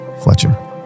Fletcher